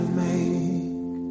make